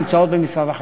נמצאות במשרד החקלאות.